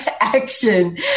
Action